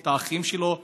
את האחים שלו?